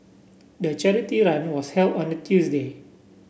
the charity run was held on a Tuesday